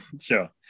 Sure